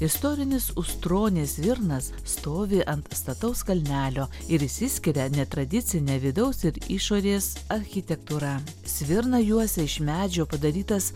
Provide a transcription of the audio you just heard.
istorinis ustronės svirnas stovi ant stataus kalnelio ir išsiskiria netradicine vidaus ir išorės architektūra svirną juosia iš medžio padarytas